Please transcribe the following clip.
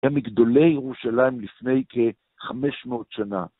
הם מגדולי ירושלים לפני כ-500 שנה.